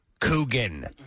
Coogan